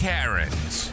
Karens